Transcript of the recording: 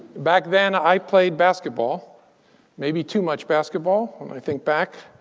back then, i played basketball maybe too much basketball, when i think back.